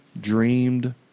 dreamed